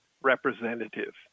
representative